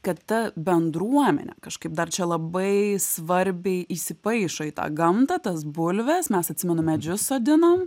kad ta bendruomenė kažkaip dar čia labai svarbiai įsipaišo į tą gamtą tas bulves mes atsimenu medžius sodinom